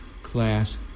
Class